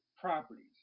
properties